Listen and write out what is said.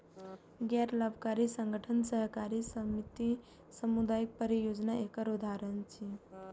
गैर लाभकारी संगठन, सहकारी समिति, सामुदायिक परियोजना एकर उदाहरण छियै